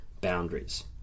boundaries